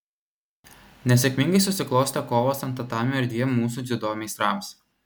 nesėkmingai susiklostė kovos ant tatamio ir dviem mūsų dziudo meistrams